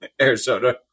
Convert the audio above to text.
Arizona